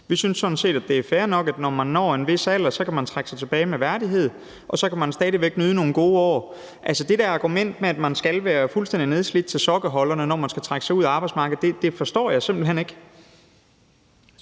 Vi synes sådan set, at det er fair nok, at når man når en vis alder, kan man trække sig tilbage med værdighed, og så kan man stadig væk nyde nogle gode år. Det der argument med, at man skal være fuldstændig nedslidt til sokkeholderne, når man trækker sig ud af arbejdsmarkedet, forstår jeg simpelt hen ikke.